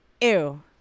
Ew